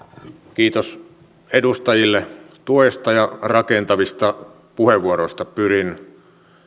kiitos edustajille tuesta ja rakentavista puheenvuoroista pyrin